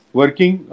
working